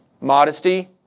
modesty